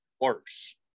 worse